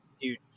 dude